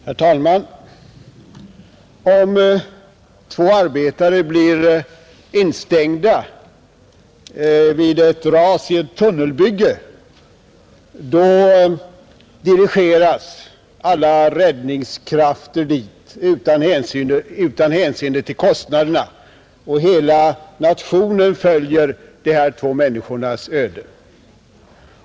Herr talman! Om två arbetare blir instängda vid ett ras i ett tunnelbygge, dirigeras alla räddningskrafter dit utan hänsyn till kostnaderna, Hela nationen följer de två instängdas öde.